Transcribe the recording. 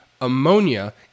Ammonia